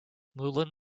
mullen